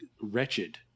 wretched